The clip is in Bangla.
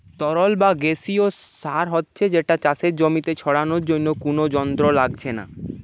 তরল বা গেসিও সার হচ্ছে যেটা চাষের জমিতে ছড়ানার জন্যে কুনো যন্ত্র লাগছে না